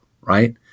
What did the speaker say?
right